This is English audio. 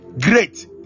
great